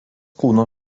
kūno